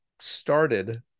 started